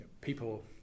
people